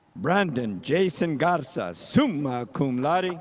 brandon jason garza, summa cum laude,